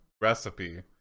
recipe